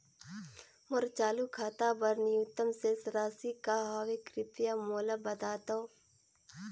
मोर चालू खाता बर न्यूनतम शेष राशि का हवे, कृपया मोला बतावव